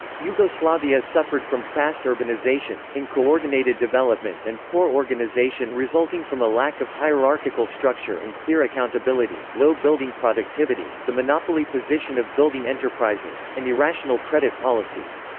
yugoslavia suffered from fast urbanisation, uncoordinated development and poor organisation resulting from a lack of hierarchical structure and clear accountability, low building productivity, the monopoly position of building enterprises, and irrational credit policies.